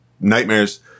nightmares